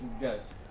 yes